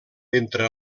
entra